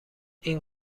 این